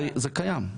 זה קיים.